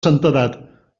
santedat